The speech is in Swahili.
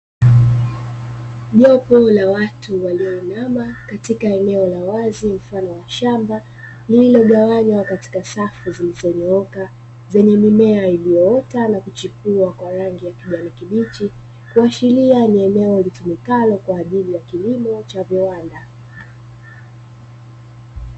Jopo la watu waliyoinama katika eneo la wazi mfano wa shamba lililogawanywa katika safu zilizonyooka zenye mimea iliyoota na kuchipua kwa rangi ya kijani kibichi, kuashiria ni eneo litumikalo kwa ajili ya kilimo cha viwanda.